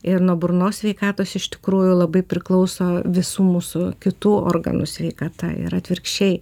ir nuo burnos sveikatos iš tikrųjų labai priklauso visų mūsų kitų organų sveikata ir atvirkščiai